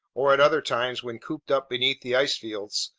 or at other times, when cooped up beneath the ice fields,